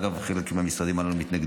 אגב, חלק מהמשרדים הללו מתנגדים.